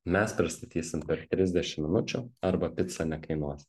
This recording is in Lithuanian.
mes pristatysim per trisdešim minučių arba pica nekainuos